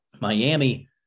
Miami